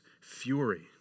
fury